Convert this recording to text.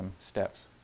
steps